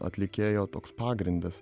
atlikėjo toks pagrindas